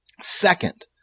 Second